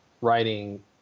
writing